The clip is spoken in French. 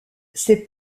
ses